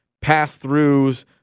pass-throughs